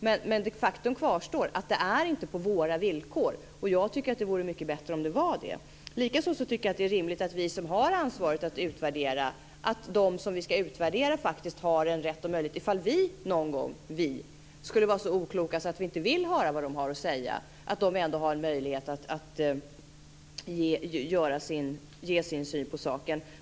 Men faktum kvarstår att det inte är på våra villkor. Jag tycker att det vore mycket bättre om det var det. Likaså tycker jag att det är rimligt i fråga om oss som har ansvaret att utvärdera att de som vi ska utvärdera faktiskt har den här möjligheten. Om vi någon gång skulle vara så okloka att vi inte ville höra vad de har att säga är det bra att de ändå har en möjlighet att ge sin syn på saken.